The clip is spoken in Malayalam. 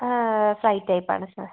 ആ ഫ്രൈ ടൈപ്പ് ആണ് സാർ